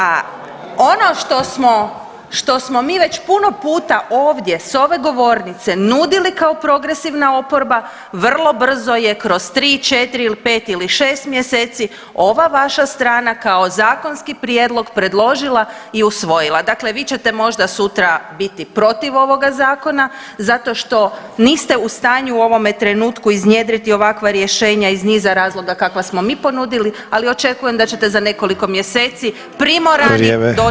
A ono što smo, što smo mi već puno puta ovdje s ove govornice nudili kao progresivna oporba vrlo brzo je kroz 3, 4 ili 5 ili 6 mjeseci ova vaša strana kao zakonski prijedlog predložila i usvojila, dakle vi ćete možda sutra biti protiv ovoga zakona zato što niste u stanju u ovome trenutku iznjedriti ovakva rješenja iz niza razloga kakva smo mi ponudili, ali očekujem da ćete za nekoliko mjeseci primorani doći sa ovakvim prijedlogom.